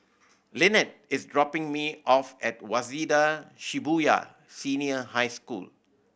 Lynnette is dropping me off at Waseda Shibuya Senior High School